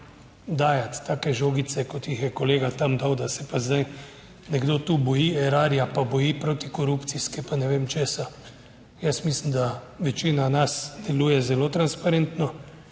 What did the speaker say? dajati take žogice, kot jih je kolega tam dal, da se pa zdaj nekdo tu boji Erarja pa boji proti korupcijske, pa ne vem česa. Jaz mislim, da večina nas deluje zelo transparentno,